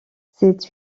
c’est